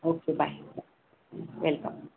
okay bye bye welcome